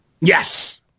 Yes